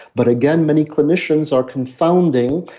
but again, many clinicians are confounding.